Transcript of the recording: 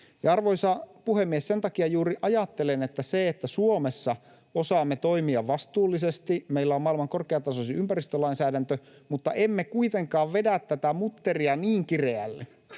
Arvoisa puhemies! Sen takia juuri ajattelen, että se, että Suomessa osaamme toimia vastuullisesti, meillä on maailman korkeatasoisin ympäristölainsäädäntö, mutta emme kuitenkaan vedä tätä mutteria niin kireälle,